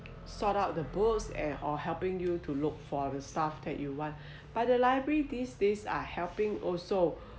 sort out the books and or helping you to look for the stuff that you want but the library these days are helping also